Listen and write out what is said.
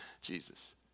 Jesus